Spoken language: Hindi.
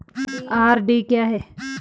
आर.डी क्या है?